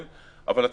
אבל,